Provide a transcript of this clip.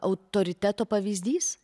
autoriteto pavyzdys